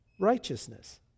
righteousness